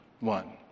One